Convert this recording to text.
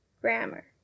Grammar